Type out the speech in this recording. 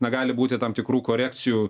na gali būti tam tikrų korekcijų